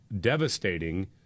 devastating